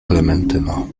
klementyno